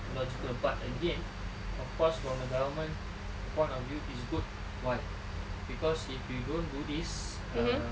logical but again of course from the government point of view is good why cause if you don't do this err